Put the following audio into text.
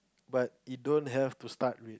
but you don't have to start